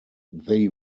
they